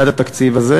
בעד התקציב הזה?